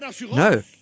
No